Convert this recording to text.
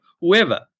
whoever